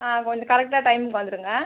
ஆ கொஞ்சம் கரெக்டாக டைம்க்கு வந்துருங்கள்